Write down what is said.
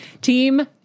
Team